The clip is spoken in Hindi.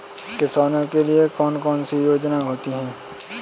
किसानों के लिए कौन कौन सी योजनायें होती हैं?